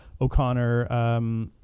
O'Connor